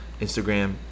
Instagram